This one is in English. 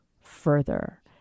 further